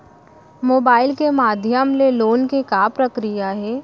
Mobile के माधयम ले लोन के का प्रक्रिया हे?